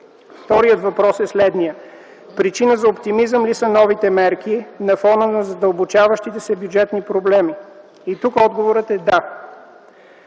Вторият въпрос е следният: причина за оптимизъм ли са новите мерки на фона на задълбочаващите се бюджетни проблеми? И тук отговорът е: да.